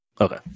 Okay